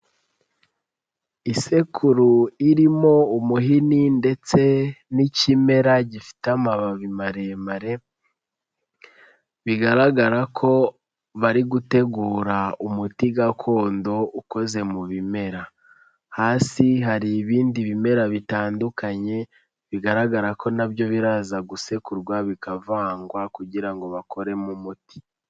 Isekuru irimo umuhini ndetse n'ikimera gifite amababi maremare bigaragara ko bari gutegura umuti gakondo ukoze mu bimera, hasi hari ibindi bimera bitandukanye bigaragara ko na byo biraza gusekurwa bikavangwa kugira ngo bakoremo umuti.